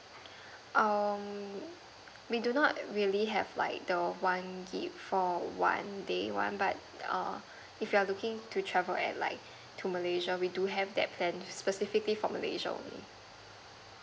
um we do not really have like the one gig for one day one but if you're looking to travel at like to malaysia we do have that plan specifically for malaysia only